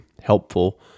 helpful